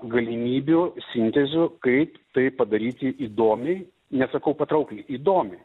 galimybių sintezių kaip tai padaryti įdomiai nesakau patraukliai įdomiai